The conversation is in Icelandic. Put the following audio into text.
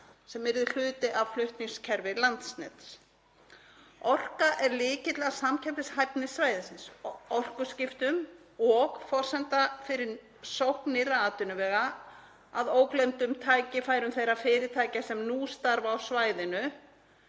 sem yrði hluti af flutningskerfi Landsnets. Orka er lykill að samkeppnishæfni svæðisins og orkuskiptum og forsenda fyrir sókn nýrra atvinnuvega að ógleymdum tækifærum þeirra fyrirtækja sem nú starfa á svæðinu